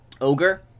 ogre